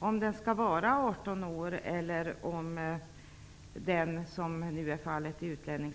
Skall den vara 18 år eller skall den